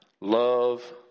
love